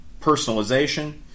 personalization